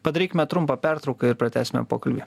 padarykime trumpą pertrauką ir pratęsime pokalbį